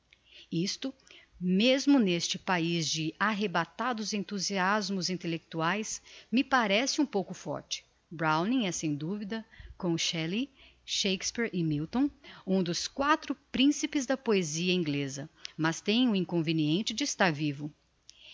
isto mesmo n'este paiz de arrebatados enthusiasmos intellectuais me parece um pouco forte browning é sem duvida com shelley shakspeare e milton um dos quatro principes da poesia ingleza mas tem o inconveniente de estar vivo